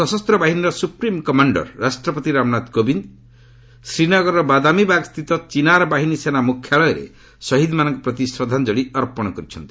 ସଶସ୍ତ ବାହିନୀର supreme commander ରାଷ୍ଟ୍ରପତି ରାମନାଥ କୋବିନ୍ଦ ଶ୍ରୀନଗରର ବାଦାମୀବାଗ୍ ସ୍ଥିତ ଚିନାରବାହିନୀ ସେନା ମୁଖ୍ୟାଳୟରେ ଶହୀଦ୍ମାନଙ୍କ ପ୍ରତି ଶ୍ରଦ୍ଧାଞ୍ଜଳୀ ଅର୍ପଣ କରିଛନ୍ତି